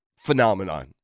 phenomenon